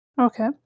Okay